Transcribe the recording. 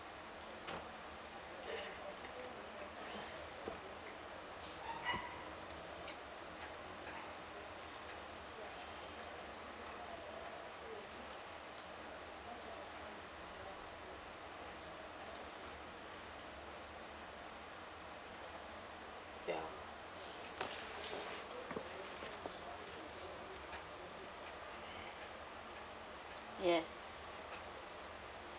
ya yes